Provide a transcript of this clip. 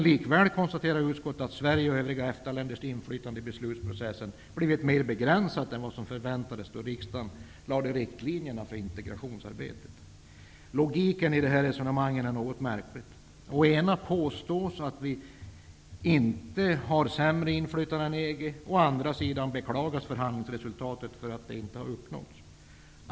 Likväl konstaterar utskottet att Sveriges och övriga EFTA-länders inflytande i beslutsprocessen ''blivit mera begränsat än vad som förväntades då riksdagen lade riktlinjerna för integrationsarbetet''. Logiken i resonemanget är något märklig: Å ena sidan påstås det att vi inte har sämre inflytande än EG. Å andra sidan beklagar man att förväntat förhandlingsresultat inte har uppnåtts.